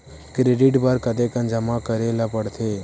Credit बर कतेकन जमा करे ल पड़थे?